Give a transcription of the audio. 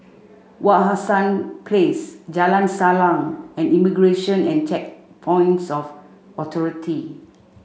Wak Hassan Place Jalan Salang and Immigration and Checkpoints of Authority